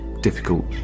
difficult